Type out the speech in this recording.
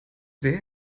sehr